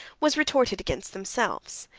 was retorted against themselves.